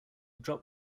drop